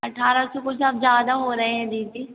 अठारह सौ कुछ अब ज़्यादा हो रहे हैं दीदी